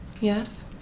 yes